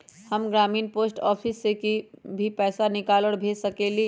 हम ग्रामीण post office से भी पैसा निकाल और भेज सकेली?